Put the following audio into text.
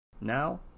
Now